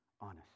honest